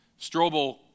Strobel